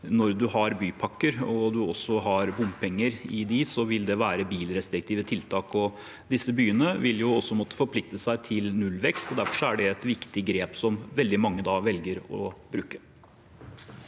når man har bypakker, og man også har bompenger i dem, vil det være bilrestriktive tiltak. Disse byene vil også måtte forplikte seg til nullvekst. Derfor er det et viktig grep som veldig mange velger å bruke.